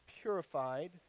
purified